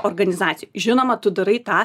organizacijoj žinoma tu darai tą